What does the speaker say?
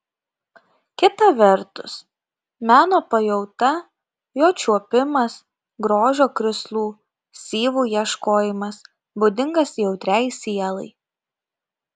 kita vertus meno pajauta jo čiuopimas grožio krislų syvų ieškojimas būdingas jautriai sielai